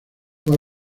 fue